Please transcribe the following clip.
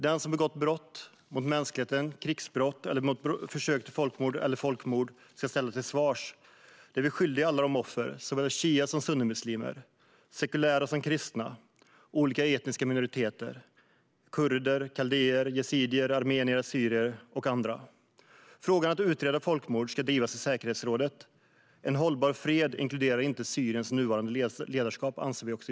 Den som begått brott mot mänskligheten eller gjort sig skyldig till krigsbrott, folkmord eller försök till folkmord ska ställas till svars. Det är vi skyldiga alla offer, oavsett om de är shiamuslimer eller sunnimuslimer eller om de är sekulära eller kristna. Det är vi skyldiga offer från olika etniska minoriteter - kurder, kaldéer, yazidier, armenier, assyrier och andra. Frågan om att utreda folkmord ska drivas i säkerhetsrådet. I utskottet anser vi också att en hållbar fred inte inkluderar Syriens nuvarande ledarskap.